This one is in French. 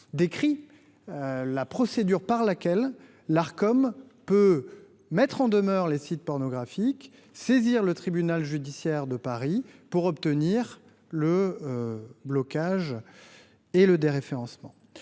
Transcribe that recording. décrit la procédure par laquelle l’Arcom peut mettre en demeure les sites pornographiques et saisir le tribunal judiciaire de Paris pour obtenir leur blocage et leur déréférencement.